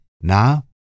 Now